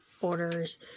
orders